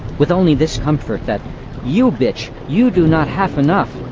with only this comfort that you bitch you do not half enough,